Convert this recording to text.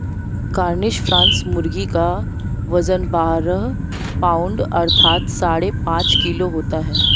Cornish cross मुर्गी का वजन बारह पाउण्ड अर्थात साढ़े पाँच किलो होता है